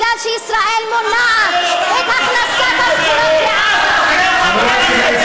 כי ישראל מונעת את הכנסת הסחורות לעזה.